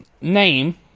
name